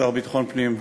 השר לביטחון פנים,